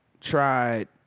tried